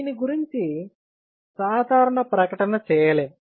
దీని గురించి సాధారణ ప్రకటన చేయలేం